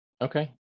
Okay